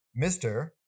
Mr